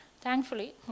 Thankfully